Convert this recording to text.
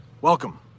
welcome